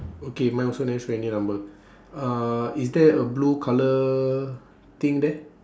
okay mine also never show any number uh is there a blue colour thing there